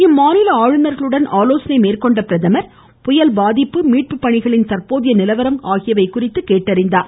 இம்மாநில ஆளுநர்களுடன் ஆலோசனை மேற்கொண்ட பிரதமர் புயல் பாதிப்பு மீட்பு பணிகளின் தற்போதைய நிலவரம் குறித்து கேட்டறிந்தார்